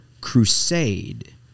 crusade